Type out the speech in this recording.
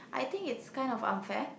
I think its kind of unfair